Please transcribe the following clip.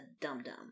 dum-dum